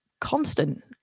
constant